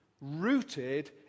rooted